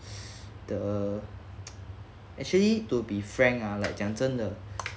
the actually to be frank ah like 讲真的